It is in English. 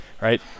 Right